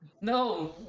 No